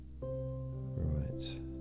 Right